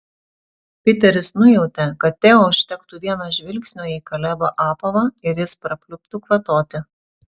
piteris nujautė kad teo užtektų vieno žvilgsnio į kalebo apavą ir jis prapliuptų kvatoti